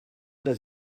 does